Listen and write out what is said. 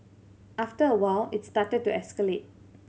after a while it started to escalate